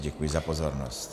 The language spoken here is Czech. Děkuji za pozornost.